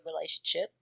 relationship